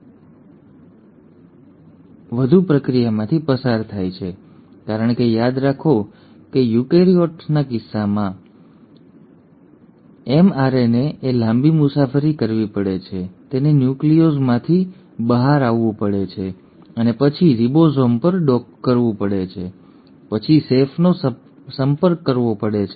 અને યુકેરીયોટ્સના કિસ્સામાં એમઆરએનએ મોલેક્યુલ વધુ પ્રક્રિયામાંથી પસાર થાય છે કારણ કે યાદ રાખો કે યુકેરીયોટ્સના કિસ્સામાં એમઆરએનએ એ લાંબી મુસાફરી કરવી પડે છે તેને ન્યુક્લિયસમાંથી બહાર આવવું પડે છે અને પછી રિબોઝોમ પર ડોક કરવું પડે છે અને પછી સેફનો સંપર્ક કરવો પડે છે